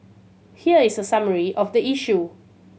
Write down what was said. here is a summary of the issue